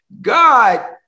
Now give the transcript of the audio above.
God